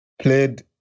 played